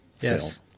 Yes